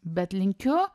bet linkiu